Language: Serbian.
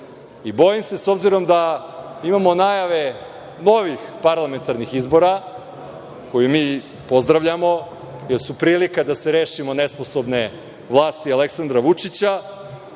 decom. S obzirom da imamo najave novih parlamentarnih izbora, koje mi pozdravljamo, jer su prilika da se rešimo nesposobne vlasti Aleksandra Vučića,